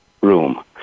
room